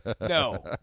no